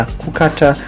kukata